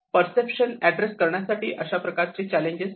perception address करण्यासाठी अशा प्रकारचे चॅलेंजेस आहेत